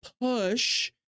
push